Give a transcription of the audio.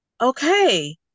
okay